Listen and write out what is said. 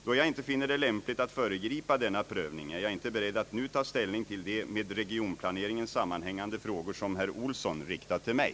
Då jag inte finner det lämpligt att föregripa denna prövning är jag icke beredd att nu ta ställning till de med regionplaneringen sammanhängande frågor som herr Olsson riktat till mig.